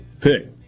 pick